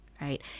Right